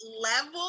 level